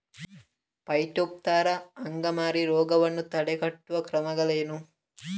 Phytophthora ಅಂಗಮಾರಿ ರೋಗವನ್ನು ತಡೆಗಟ್ಟುವ ಕ್ರಮಗಳೇನು?